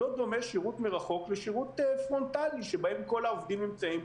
לא דומה שירות מרחוק לשירות פרונטלי שבו כל העובדים נמצאים,